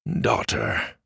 Daughter